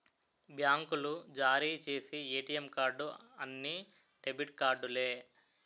బ్యాంకులు జారీ చేసి ఏటీఎం కార్డు అన్ని డెబిట్ కార్డులే